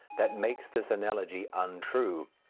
that makes this analogy untrue.